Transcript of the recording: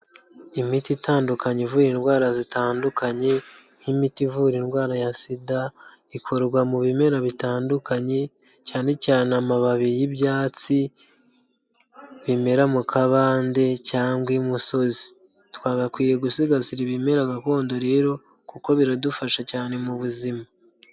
Imiti itandukanye ivura indwara zitandukanye nk'imiti ivura indwara ya SIDA ikorwa mu bimera bitandukanye cyane cyane amababi y'ibyatsi bimera mu kabande cyangwa i musozi, twagakwiye gusigasira ibimera gakondo rero kuko biradufasha cyane mu buzima.